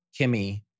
Kimmy